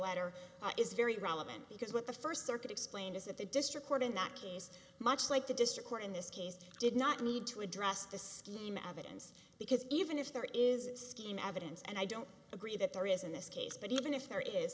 letter is very relevant because what the first circuit explained is that the district court in that case much like the district court in this case did not need to address the scheme evidence because even if there is skin evidence and i don't agree that there is in this case but even if there is